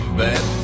bad